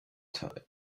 type